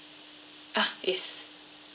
ah yes